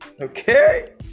Okay